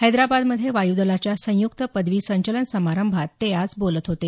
हैद्राबादमधे वायूदलाच्या संयुक्त पदवी संचलन समारंभात ते आज बोलत होते